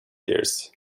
years